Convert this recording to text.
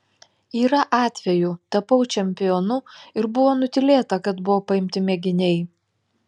yra atvejų tapau čempionu ir buvo nutylėta kad buvo paimti mėginiai